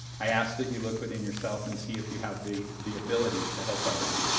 i ask that you look within yourself and see if you have the the ability to help others.